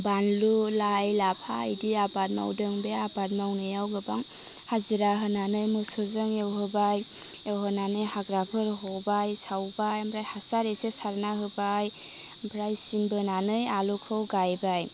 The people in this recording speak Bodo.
बानलु लाइ लाफा इदि आबाद मावदों बे आबाद मावनायाव गोबां हाजिरा होनानै मोसौजों एवहोबाय एवहोनानै हाग्राफोर हबाय सावबाय ओमफाय हासार एसे सारना होबाय ओमफ्राय सिन बोनानै आलुखौ गायबाय